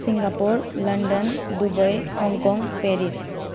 Singapore London Dubai Hong Kong Paris